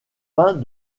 peint